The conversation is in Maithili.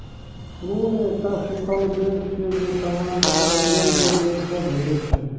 प्रून एकटा सूखल बेर छियै, जे सामान्यतः यूरोपीय बेर सं भेटै छै